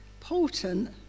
important